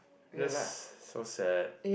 just so sad